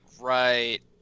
right